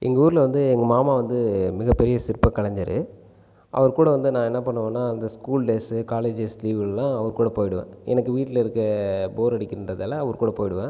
எங்கள் ஊரில் வந்து எங்கள் மாமா வந்து மிகப்பெரிய சிற்ப கலைஞர் அவர் கூட வந்து நான் என்ன பண்ணுவேன்னால் அந்த ஸ்கூல் டேஸ்சு காலேஜ் டேஸ் லீவ்லெல்லாம் அவர் கூட போய்விடுவேன் எனக்கு வீட்டில் இருக்க போர் அடிக்கின்றதுனால் அவர் கூட போய்விடுவேன்